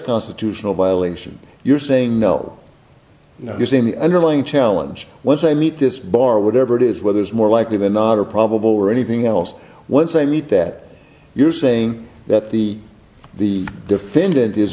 constitutional violation you're saying no no you're saying the underlying challenge was they meet this bar whatever it is whether it's more likely than not or probable or anything else once they meet that you're saying that the the defendant is